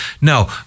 No